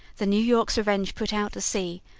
the new york's revenge put out to sea,